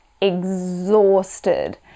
exhausted